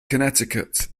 connecticut